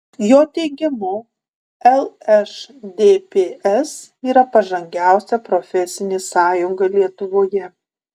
jo teigimu lšdps yra pažangiausia profesinė sąjunga lietuvoje